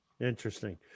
Interesting